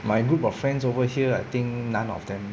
my group of friends over here I think none of them